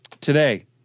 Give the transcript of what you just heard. today